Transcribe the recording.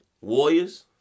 Warriors